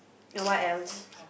what else